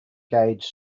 gauge